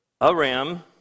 Aram